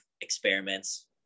experiments